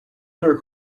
other